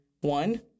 one